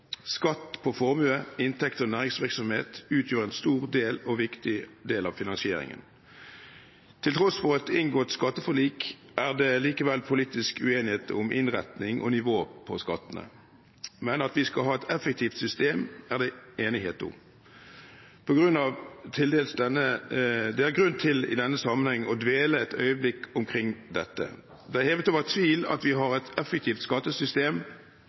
Skatt på formue, inntekt og næringsvirksomhet utgjør en stor og viktig del av finansieringen. Til tross for et inngått skatteforlik er det likevel politisk uenighet om innretningen og nivået på skattene, men at vi skal ha et effektivt system, er det enighet om. Det er grunn til i denne sammenheng å dvele et øyeblikk ved dette. Det er hevet over tvil at vi har et effektivt skattesystem